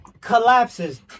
collapses